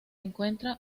encuentra